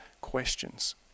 questions